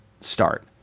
start